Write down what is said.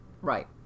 Right